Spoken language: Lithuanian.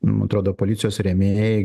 man atrodo policijos rėmėjai